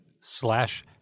slash